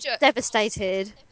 devastated